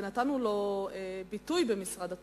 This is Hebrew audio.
ונתנו לו ביטוי במשרד התיירות,